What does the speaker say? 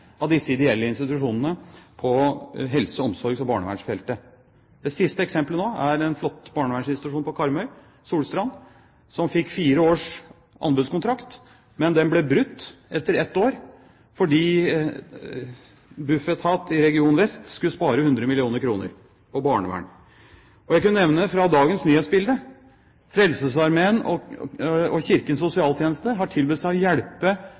av disse ideelle institusjonene på helse-, omsorgs- og barnevernfeltet. Det siste eksemplet nå er en flott barnevernsinstitusjon på Karmøy, Solstrand Barnevernsenter, som fikk fire års anbudskontrakt, men den ble brutt etter ett år fordi Bufetat region vest skulle spare 100 mill. kr på barnevern. Jeg kunne nevne fra dagens nyhetsbilde Frelsesarmeen og Kirkens Sosialtjeneste, som har tilbudt seg å hjelpe